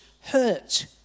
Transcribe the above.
hurt